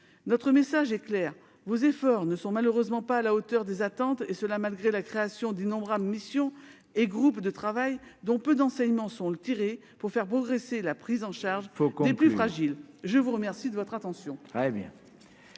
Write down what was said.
Notre message est clair : vos efforts ne sont malheureusement pas à la hauteur des attentes, malgré la création d'innombrables missions et groupes de travail dont peu d'enseignements sont tirés pour faire progresser la prise en charge des plus fragiles. La parole est à Mme